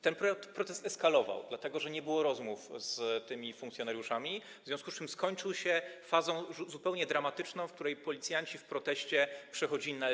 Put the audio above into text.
Ten protest eskalował, dlatego że nie było rozmów z funkcjonariuszami, w związku z tym skończył się fazą zupełnie dramatyczną, w której policjanci w proteście przechodzili na L4.